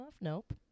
Nope